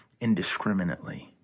indiscriminately